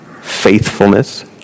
faithfulness